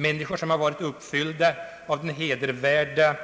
Människor som har varit uppfyllda av den hedervärda